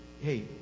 hey